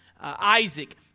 Isaac